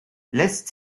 lässt